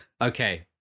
Okay